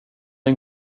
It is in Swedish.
det